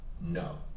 No